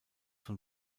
von